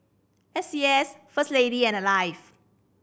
S C S First Lady and Alive